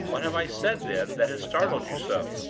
what have i said, then, that has startled you so?